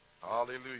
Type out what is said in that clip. Hallelujah